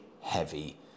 heavy